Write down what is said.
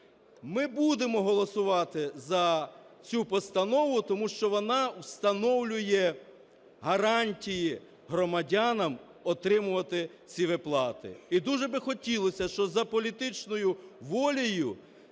Ми будемо голосувати за цю постанову, тому що вона встановлює гарантії громадянам отримувати ці виплати. І дуже би хотілося, щоб за політичною волею